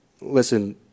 listen